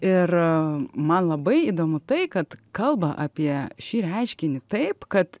ir man labai įdomu tai kad kalba apie šį reiškinį taip kad